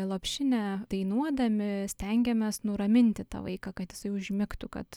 lopšinę dainuodami stengiamės nuraminti tą vaiką kad jisai užmigtų kad